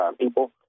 people